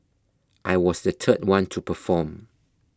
I was the third one to perform